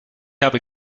habe